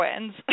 wins